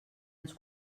ens